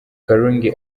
karungi